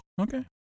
Okay